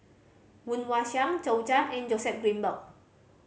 Woon Wah Siang Zhou Can and Joseph Grimberg